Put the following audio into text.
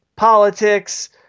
Politics